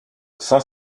sans